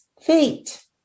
fate